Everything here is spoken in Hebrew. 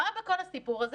מה בכל הסיפור הזה,